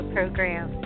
Program